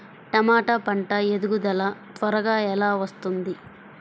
టమాట పంట ఎదుగుదల త్వరగా ఎలా వస్తుంది?